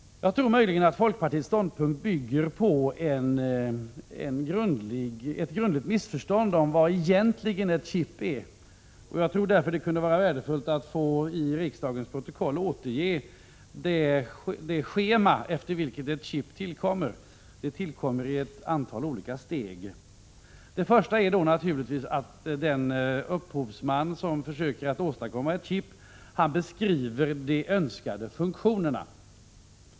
Möjligen bygger folkpartiets ståndpunkt på ett grundläggande missförstånd beträffande vad ett chip egentligen är. Det kunde därför vara värdefullt att i riksdagens protokoll återge det schema efter vilket ett chip tillkommer. Ett chip tillkommer i ett antal olika steg. Det första är att den upphovsman som försöker åstadkomma ett chip beskriver de önskade funktionerna.